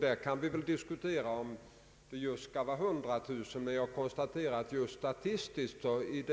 Det kan väl diskuteras om invånarantalet härvidlag skall vara 100 000, men jag kan konstatera att det i Sverige statistiskt sett